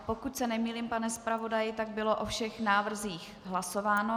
Pokud se nemýlím, pane zpravodaji, bylo o všech návrzích hlasováno.